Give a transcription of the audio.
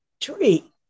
tree